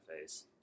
face